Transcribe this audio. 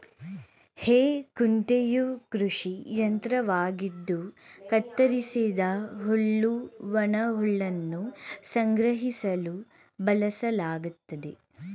ಹೇ ಕುಂಟೆಯು ಕೃಷಿ ಯಂತ್ರವಾಗಿದ್ದು ಕತ್ತರಿಸಿದ ಹುಲ್ಲು ಒಣಹುಲ್ಲನ್ನು ಸಂಗ್ರಹಿಸಲು ಬಳಸಲಾಗ್ತದೆ